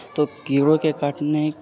تو کیڑوں کے کاٹنے